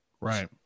Right